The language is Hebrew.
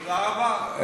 תודה רבה.